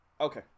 Okay